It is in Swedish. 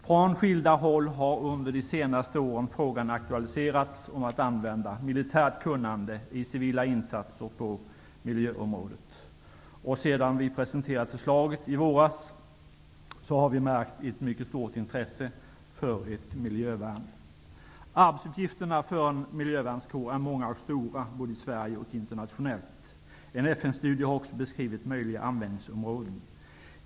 Från skilda håll har under de senaste åren frågan aktualiserats om att använda militärt kunnande i civila insatser på miljöområdet. Sedan vi presenterat förslaget i våras har vi märkt ett stort intresse för ett miljövärn. Arbetsuppgifterna för en miljövärnskår är många och stora, både i Sverige och internationellt. En FN-studie har beskrivit möjliga användningsområden.